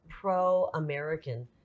pro-American